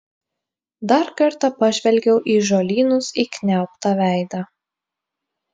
dar kartą pažvelgiau į žolynus įkniaubtą veidą